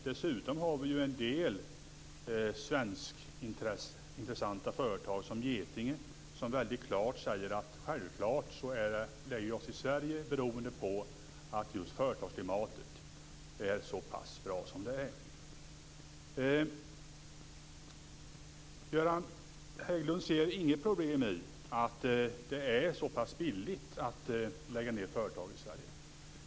Dessutom har vi en del intressanta svenska företag som Getinge, som säger att man självklart lägger sig i Sverige, just beroende på att företagsklimatet är så pass bra som det är. Göran Hägglund ser inget problem med att det är så billigt att lägga ned företag i Sverige.